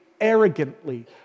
arrogantly